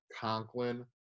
Conklin